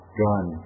gun